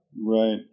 Right